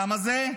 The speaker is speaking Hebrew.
כמה זה?